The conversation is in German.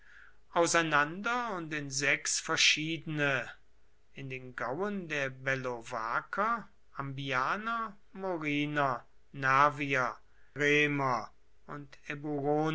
auseinander und in sechs verschiedene in den gauen der bellovaker ambianer moriner nervier reiner und